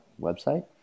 website